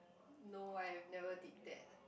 no I've never did that